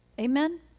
Amen